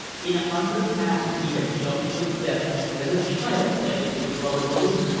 in a hundred passes he had juggled with death as a child plays with a rubber balloon.